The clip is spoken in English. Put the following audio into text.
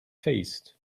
faced